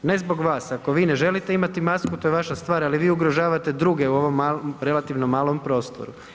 Ne zbog vas, ako vi ne želite imati masku, to je vaša stvar ali vi ugrožavate druge u ovom relativno malom prostoru.